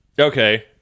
Okay